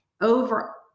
over